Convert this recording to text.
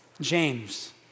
James